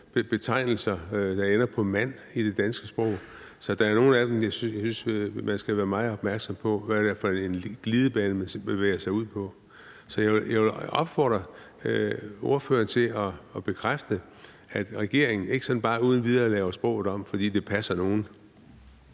betegnelser, der ender på -mand, i det danske sprog, så jeg synes, man skal være meget opmærksom på, hvad det er for en glidebane, man bevæger sig ud på. Så jeg vil opfordre ordføreren til at bekræfte, at regeringen ikke sådan bare uden videre laver sproget om, fordi det passer nogle.